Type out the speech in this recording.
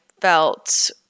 felt